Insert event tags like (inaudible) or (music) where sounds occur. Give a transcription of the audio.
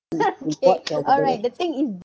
(laughs) it's okay alright the thing is